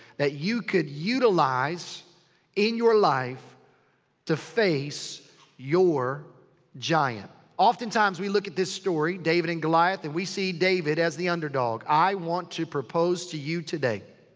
that you could utilize in your life to face your giant. oftentimes, we look at this story. david and goliath. and we see david as the underdog. i want to propose to you today.